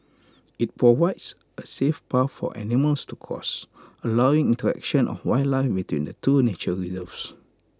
IT provides A safe path for animals to cross allowing interaction of wildlife between the two nature reserves